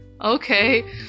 okay